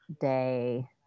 day